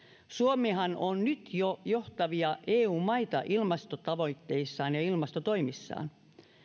suomihan on nyt jo johtavia eu maita ilmastotavoitteissaan ja ja ilmastotoimissaan